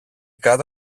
κάτω